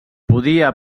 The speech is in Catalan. podia